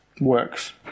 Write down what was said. works